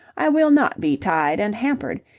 i will not be tied and hampered.